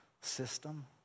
system